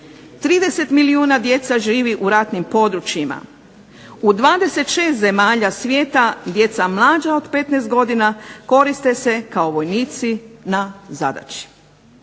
30 milijuna djece živi u ratnim područjima, u 26 zemalja svijeta djeca mlađa od 16 godina koriste se kao vojnici na zadaći.